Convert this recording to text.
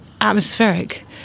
atmospheric